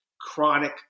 chronic